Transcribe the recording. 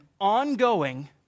ongoing